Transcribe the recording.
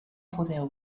podeu